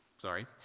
Sorry